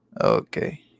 okay